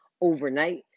overnight